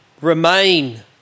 remain